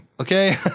Okay